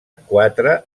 quatre